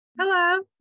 Hello